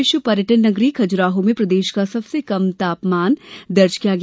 विश्व पर्यटन नगरी खजुराहो में प्रदेश का सबसे कम न्यूनतम तापमान दर्ज किया गया